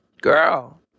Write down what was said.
girl